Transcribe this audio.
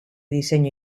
diseño